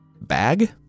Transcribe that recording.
bag